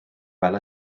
fel